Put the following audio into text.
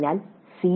അതിനാൽ സി